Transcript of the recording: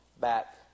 back